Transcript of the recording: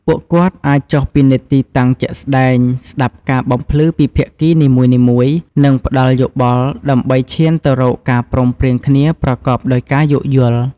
ពួកគាត់អាចចុះពិនិត្យទីតាំងជាក់ស្តែង ស្តាប់ការបំភ្លឺពីភាគីនីមួយៗ និងផ្តល់យោបល់ដើម្បីឈានទៅរកការព្រមព្រៀងគ្នាប្រកបដោយការយោគយល់។